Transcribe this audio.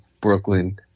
brooklyn